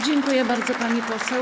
Dziękuję bardzo, pani poseł.